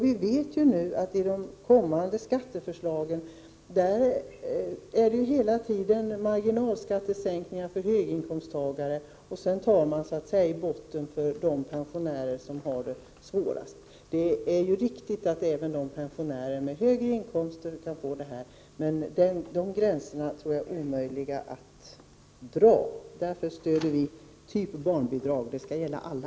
Vi vet nu att ide kommande skatteförslagen är det hela tiden marginalskattesänkningar för höginkomsttagare, och sedan tar man så att säga i botten från de pensionärer som har det svårast. Det är riktigt att även pensionärer med högre inkomster kan drabbas, men här tror jag att det är omöjligt att dra gränser. Därför stöder vi ”typ barnbidrag” — det skall gälla alla!